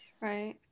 Right